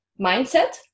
mindset